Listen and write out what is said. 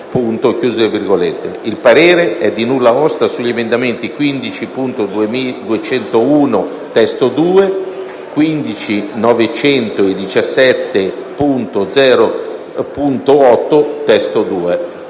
Il parere è di nulla osta sugli emendamenti 15.201 (testo 2), 15.900 e 17.0.8 (testo 2)».